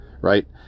right